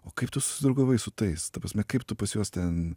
o kaip tu susidraugavai su tais ta prasme kaip tu pas juos ten